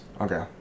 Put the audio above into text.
Okay